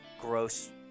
gross